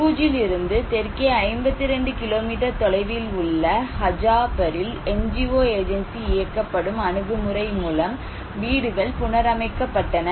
பூஜிலிருந்து தெற்கே 52 கிலோமீட்டர் தொலைவில் உள்ள ஹஜாபரில் என்ஜிஓ ஏஜென்சி இயக்கப்படும் அணுகுமுறை மூலம் வீடுகள் புணர் அமைக்கப்பட்டன